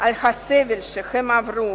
על הסבל שהם עברו